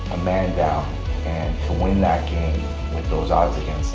a man down and to win that game with those odds against